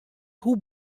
hoe